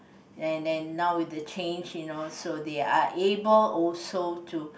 and then now with the change you know so they are able also to